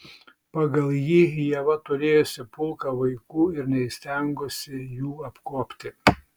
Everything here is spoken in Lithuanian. pagal jį ieva turėjusi pulką vaikų ir neįstengusi jų apkuopti